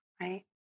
right